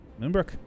Moonbrook